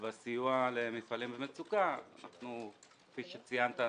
ובסיוע למפעלים במצוקה אנחנו, כפי שציינת,